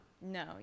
No